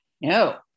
No